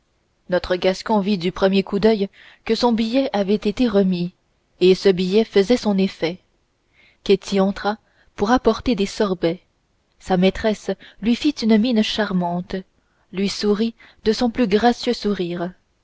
notre gascon vit du premier coup d'oeil que son billet avait été remis et ce billet faisait son effet ketty entra pour apporter des sorbets sa maîtresse lui fit une mine charmante lui sourit de son plus gracieux sourire